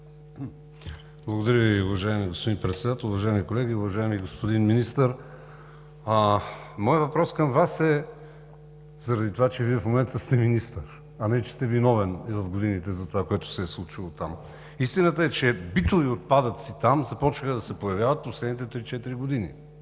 Благодаря Ви, уважаеми господин Председател. Уважаеми колеги! Уважаеми господин Министър, моят въпрос към Вас е заради това, че Вие в момента сте министър, а не че сте виновен в годините за това, което се е случило там. Истината е, че битови отпадъци там започнаха да се появяват в последните три-четири